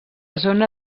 zona